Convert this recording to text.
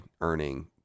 earning